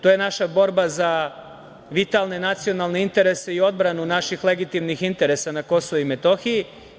To je naša borba za vitalne nacionalne interese i odbranu naših legitimnih interesa na Kosovu i Metohiji.